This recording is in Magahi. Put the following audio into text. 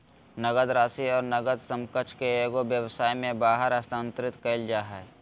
नकद राशि और नकद समकक्ष के एगो व्यवसाय में बाहर स्थानांतरित कइल जा हइ